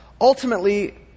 ultimately